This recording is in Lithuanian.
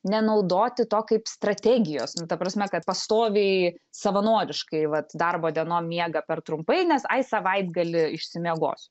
nenaudoti to kaip strategijos nu ta prasme kad pastoviai savanoriškai vat darbo dienom miega per trumpai nes ai savaitgalį išsimiegosiu